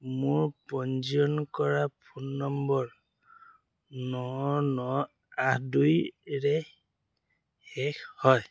মোৰ পঞ্জীয়ন কৰা ফোন নম্বৰ ন ন আঠ দুইৰৰে শেষ হয়